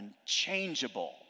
unchangeable